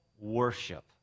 worship